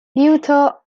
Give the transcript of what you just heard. luther